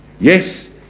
Yes